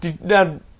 Now